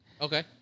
Okay